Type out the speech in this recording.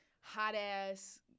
hot-ass